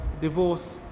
divorce